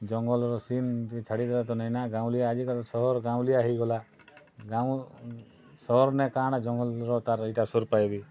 ଜଙ୍ଗଲର୍ ସିନ୍ ଯେ ଛାଡ଼ି ଦେଲେ ତ ନାଇଁ ନା ଗାଉଁଲି ଆଜିକାଲି ର ସହର୍ ଗାଉଁଲିଆ ହେଇଗଲା ସହର୍ ନେ କା'ଣା ଜଙ୍ଗଲ୍ର ତା'ର୍ ଇ'ଟା ସୋର୍ ପାଏବେ